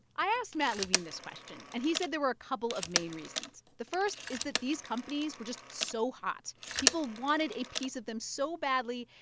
i asked matt levine this question. and he said there were a couple of main reasons. the first is that these companies were just so hot. people wanted a piece of them so badly,